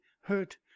hurt